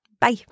Bye